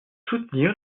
soutenir